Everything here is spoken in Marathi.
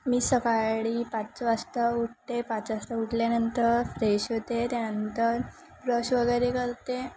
मी सकाळी पाच वाजता उठते पाच वाजता उठल्यानंतर फ्रेश होते त्यानंतर ब्रश वगैरे करते